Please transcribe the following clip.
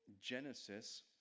Genesis